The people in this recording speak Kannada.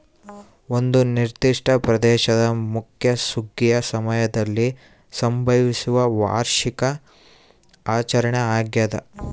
ಒಂದು ನಿರ್ದಿಷ್ಟ ಪ್ರದೇಶದ ಮುಖ್ಯ ಸುಗ್ಗಿಯ ಸಮಯದಲ್ಲಿ ಸಂಭವಿಸುವ ವಾರ್ಷಿಕ ಆಚರಣೆ ಆಗ್ಯಾದ